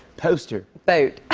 poster. boat.